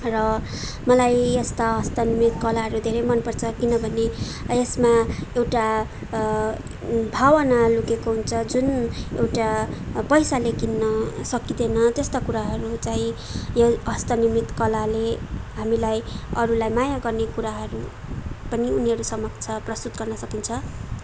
र मलाई यस्ता हस्तनिर्मित कलाहरू धेरै मन पर्छ किनभने यसमा एउटा भावना लुकेको हुन्छ जुन एउटा पैसाले किन्न सकिँदैन त्यस्ता कुराहरू चाहिँ यो हस्तनिर्मित कलाले हामीलाई अरूलाई माया गर्ने कुराहरू पनि उनीहरू समक्ष प्रस्तुत गर्न सकिन्छ